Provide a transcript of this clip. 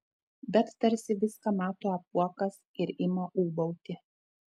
bet tarsi viską mato apuokas ir ima ūbauti